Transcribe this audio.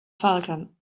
falcon